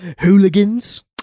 hooligans